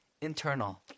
internal